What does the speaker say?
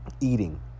eating